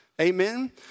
Amen